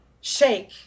shake